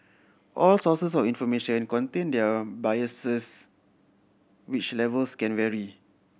all sources of information contain their biases which levels can vary